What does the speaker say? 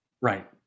right